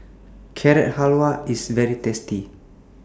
Carrot Halwa IS very tasty